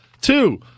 Two